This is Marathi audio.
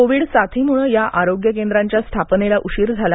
कोविड साथीमुळं या आरोग्य केंद्रांच्या स्थापनेला उशीर झाला